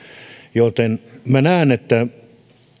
joten minä näen että